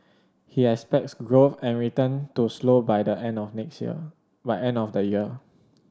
he expects growth and return to slow by the end of the next year by end of the year